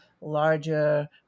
larger